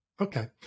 Okay